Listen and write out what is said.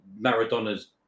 Maradona's